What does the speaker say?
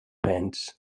pants